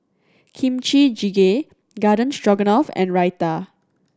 Kimchi Jjigae Garden Stroganoff and Raita